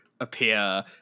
appear